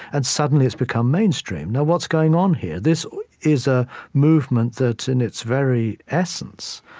and suddenly, it's become mainstream now, what's going on here? this is a movement that, in its very essence,